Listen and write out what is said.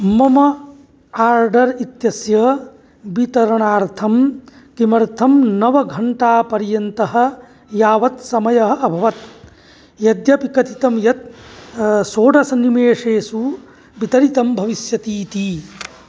मम आर्डर् इत्यस्य वितरणार्थं किमर्थं नवघण्टापर्यन्तः यावत् समयः अभवत् यद्यपि कथितं यत् षोडशनिमेषेषु वितरितं भविष्यतीति